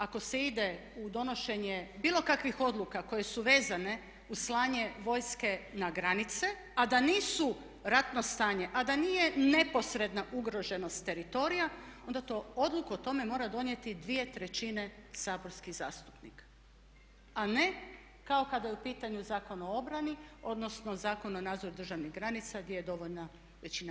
Ako se ide u donošenje bilo kakvih odluka koje su vezane uz slanje vojske na granice, a da nisu ratno stanje, a da nije neposredna ugroženost teritorija, onda odluku o tome mora donijeti dvije trećine saborskih zastupnika, a ne kao kada je u pitanju Zakon o obrani, odnosno Zakon o nadzoru državnih granica gdje je dovoljna većina.